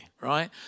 right